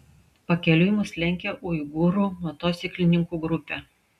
pakeliui mus lenkė uigūrų motociklininkų grupė